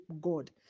god